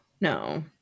No